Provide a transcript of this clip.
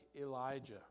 Elijah